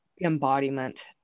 embodiment